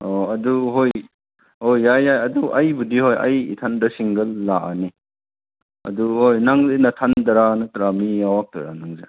ꯑꯣ ꯑꯗꯨ ꯍꯣꯏ ꯍꯣꯏ ꯌꯥꯏ ꯌꯥꯏ ꯑꯗꯨ ꯑꯩꯕꯨꯗꯤ ꯍꯣꯏ ꯑꯩ ꯏꯊꯟꯗ ꯁꯤꯡꯒꯜ ꯂꯥꯛꯑꯅꯤ ꯑꯗꯨ ꯍꯣꯏ ꯅꯪꯗꯤ ꯅꯊꯟꯗꯔꯥ ꯅꯠꯇ꯭ꯔ ꯃꯤ ꯌꯥꯎꯔꯛꯇꯣꯏꯔꯥ ꯅꯪꯁꯦ